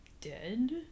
dead